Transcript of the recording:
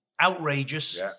outrageous